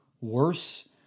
worse